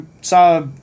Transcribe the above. saw